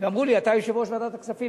ואמרו לי: אתה יושב-ראש ועדת הכספים,